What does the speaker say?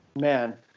Man